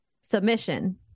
submission